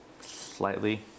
slightly